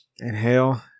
Inhale